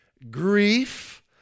grief